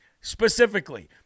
specifically